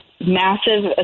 massive